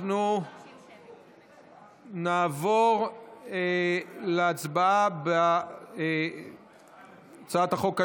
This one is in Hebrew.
אנחנו נעבור להצבעה בהצעת החוק השלישית,